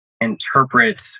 interpret